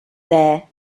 there